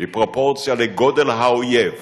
בפרופורציה לגודל האויב,